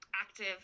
active